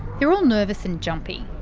they're all nervous and jumpy.